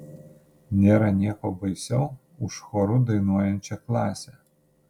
nėra nieko baisiau už choru dainuojančią klasę